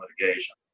litigation